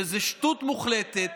שזאת שטות מוחלטת.